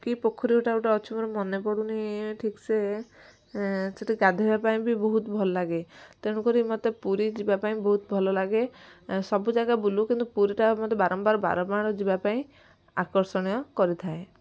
କି ପୋଖରୀ ଗୋଟେ ଆଉ ଗୋଟେ ଅଛି ମୋର ମନେ ପଡ଼ୁନି ଠିକ୍ ସେ ସେଇଠି ଗାଧେଇବା ପାଇଁ ବି ବହୁତ ଭଲ ଲାଗେ ତେଣୁ କରି ମତେ ପୁରୀ ଯିବା ପାଇଁ ବହୁତ ଭଲ ଲାଗେ ସବୁ ଜାଗା ବୁଲୁ କିନ୍ତୁ ପୁରୀଟା ମତେ ବାରମ୍ବାର ବାରମ୍ବାର ଯିବା ପାଇଁ ଆକର୍ଷଣୀୟ କରିଥାଏ